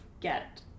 get